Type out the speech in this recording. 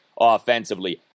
offensively